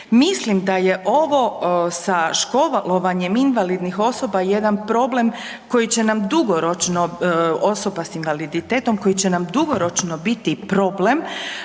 Mislim da je ovo sa školovanjem invalidnih osoba jedan problem osoba s invaliditetom koje će nam dugoročno biti problem